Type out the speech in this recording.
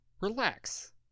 relax